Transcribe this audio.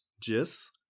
Jis